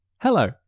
Hello